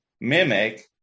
mimic